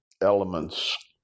elements